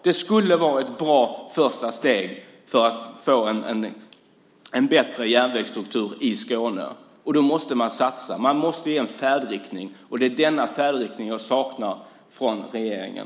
Det skulle vara ett bra första steg för att få en bättre järnvägsstruktur i Skåne. Då måste man satsa. Man måste ge en färdriktning, och det är denna färdriktning jag saknar från regeringen.